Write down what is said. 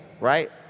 right